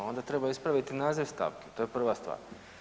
Onda treba ispraviti naziv stavke, to je prva stvar.